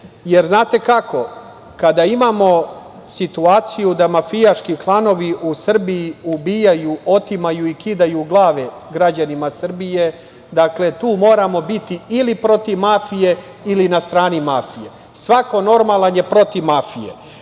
scene. Znate kako, kada imamo situaciju da mafijaški klanovi u Srbiji ubijaju, otimaju i kidaju glave građanima Srbije, tu moramo biti ili protiv mafije ili na strani mafije. Svako normalan je protiv mafije.